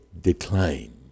decline